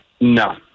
No